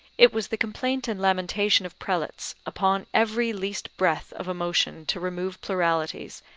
it was the complaint and lamentation of prelates, upon every least breath of a motion to remove pluralities,